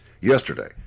yesterday